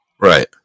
Right